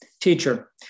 Teacher